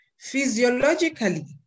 Physiologically